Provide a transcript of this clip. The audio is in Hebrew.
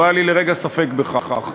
לא היה לי לרגע ספק בכך.